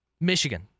Michigan